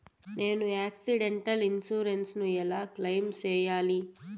నేను accidental insurance ను ఎలా క్లెయిమ్ సేయాలి?